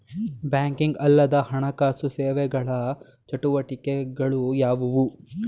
Banking ಅಲ್ಲದ ಹಣಕಾಸು ಸೇವೆಗಳ ಚಟುವಟಿಕೆಗಳು ಯಾವುವು?